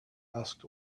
asked